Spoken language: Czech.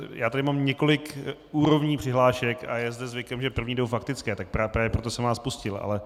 Já tady mám několik úrovní přihlášek a je zde zvykem, že první jdou faktické, tak právě proto jsem vás pustil, ale...